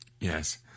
Yes